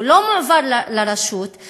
הם לא מועברים לרשות,